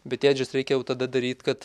bet ėdžias reikia jau tada daryt kad